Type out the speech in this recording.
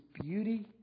beauty